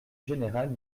général